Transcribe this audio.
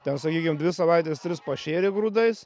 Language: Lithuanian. ten sakykim dvi savaites tris pašėrė grūdais